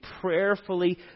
prayerfully